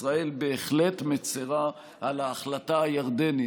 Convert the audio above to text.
ישראל בהחלט מצירה על ההחלטה הירדנית,